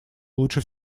лучше